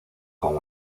con